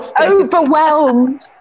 overwhelmed